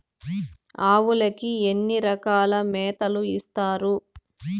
ఆవులకి ఎన్ని రకాల మేతలు ఇస్తారు?